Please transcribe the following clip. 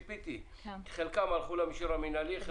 כי חלקן הלכו למישור המינהלי.